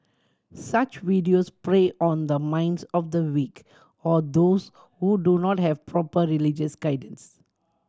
such videos prey on the minds of the weak or those who do not have proper religious guidance